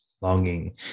Longing